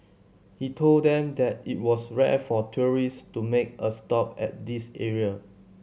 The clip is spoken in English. he told them that it was rare for tourists to make a stop at this area